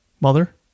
mother